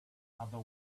other